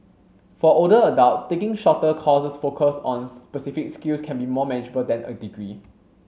for older adults taking shorter courses focused on specific skills can be more manageable than a degree